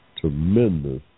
tremendous